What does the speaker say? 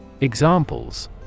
Examples